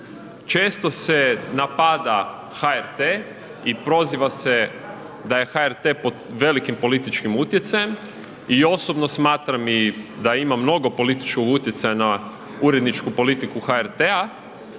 Često se napada HRT i proziva se da je HRT pod velikim političkim utjecajem i osobno smatram i da ima mnogo političkog utjecaja na uredničku politiku HRT-a